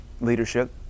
leadership